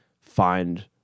find